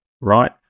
right